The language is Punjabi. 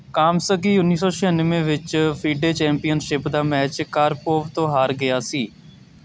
ਕਾਮਸਕੀ ਉੱਨੀ ਸੌ ਛਿਆਨਵੇਂ ਵਿੱਚ ਫੀਡੇ ਚੈਂਪੀਅਨਸ਼ਿਪ ਦਾ ਮੈਚ ਕਾਰਪੋਵ ਤੋਂ ਹਾਰ ਗਿਆ ਸੀ